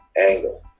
Angle